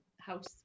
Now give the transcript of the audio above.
house